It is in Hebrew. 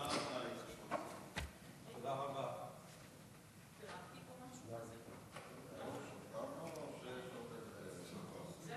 ההצעה להעביר את הצעת חוק כרטיסי חיוב (תיקון מס'